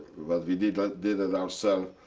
what we did ah did it ourselves,